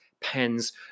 pens